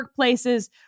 workplaces